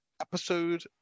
episode